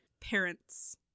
parents